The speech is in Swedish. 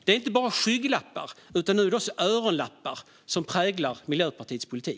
Det är inte bara skygglappar, utan nu är det även öronlappar som präglar Miljöpartiets politik.